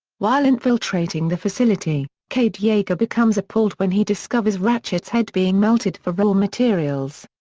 while infiltrating the facility, cade yeager becomes appalled when he discovers ratchet's head being melted for raw materials.